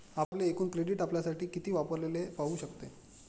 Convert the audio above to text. आपण आपले एकूण क्रेडिट आपल्यासाठी किती वापरलेले पाहू शकते